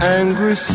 angry